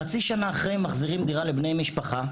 חצי שנה אחרי מחזירים דירה לבני משפחה,